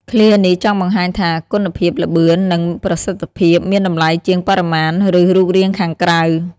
ឃ្លានេះចង់បង្ហាញថា គុណភាព ល្បឿន និងប្រសិទ្ធភាពមានតម្លៃជាងបរិមាណ ឬរូបរាងខាងក្រៅ។